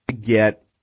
get